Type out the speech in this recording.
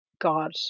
God